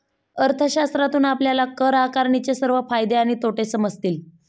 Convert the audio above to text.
अर्थशास्त्रातून आपल्याला कर आकारणीचे सर्व फायदे आणि तोटे समजतील